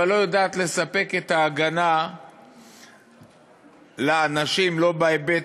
אבל לא יודעת לספק את ההגנה לאנשים, לא בהיבט